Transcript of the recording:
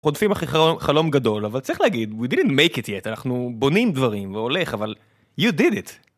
רודפים אחרי חלום חלום גדול אבל צריך להגיד we didn't make it yet אנחנו בונים דברים והולך אבל you did it.